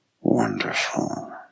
wonderful